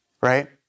Right